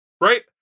Right